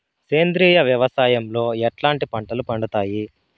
సేంద్రియ వ్యవసాయం లో ఎట్లాంటి పంటలు పండుతాయి